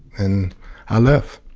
and i left.